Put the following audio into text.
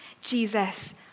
Jesus